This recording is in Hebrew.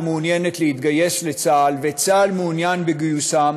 מעוניינת להתגייס לצה"ל וצה"ל מעוניין בגיוסם,